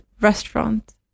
restaurant